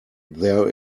there